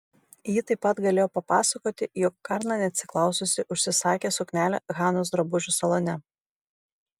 ji taip pat galėjo papasakoti jog karna neatsiklaususi užsisakė suknelę hanos drabužių salone